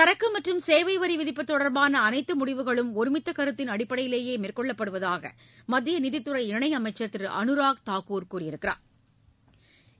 சரக்கு மற்றும் சேவை வரி விதிப்பு தொடா்பாள அனைத்து முடிவுகளும் ஒருமித்த கருத்தின் அடிப்படையிலேயே மேற்கொள்ளப்படுவதாக மத்திய நிதித்துறை இணையமைச்சர் திரு அனுராஹ் தாக்கூர் கூறியுள்ளா்